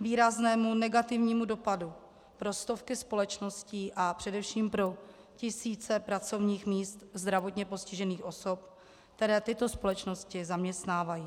výraznému negativnímu dopadu pro stovky společností a především pro tisíce pracovních míst zdravotně postižených osob, které tyto společnosti zaměstnávají.